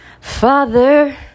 Father